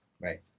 Right